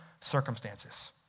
circumstances